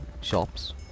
shops